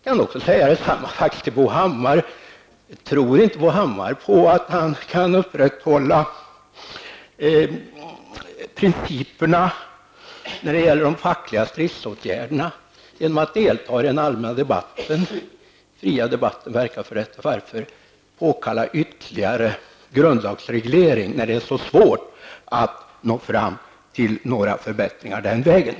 Jag kan ställa samma fråga till Bo Hammar: Tror inte Bo Hammar på att han kan upprätthålla principerna när det gäller de fackliga stridsåtgärderna genom att delta i den allmänna debatten, genom att i den fria debatten verka för detta? Varför påkalla ytterligare grundlagsreglering, när det är så svårt att nå fram till förbättringar den vägen?